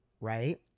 right